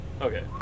Okay